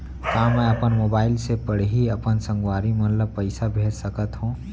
का मैं अपन मोबाइल से पड़ही अपन संगवारी मन ल पइसा भेज सकत हो?